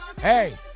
Hey